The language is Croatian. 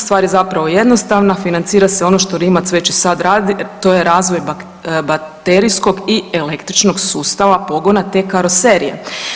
Stvar je zapravo jednostavno, financira se ono što Rimac već i sad radi, to je razvoj baterijskog i električnog sustava pogona te karoserije.